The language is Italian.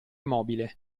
mobile